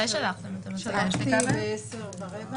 -- אני מבקש להפסיק להשתמש בביטוי "טלפון נייד כשר".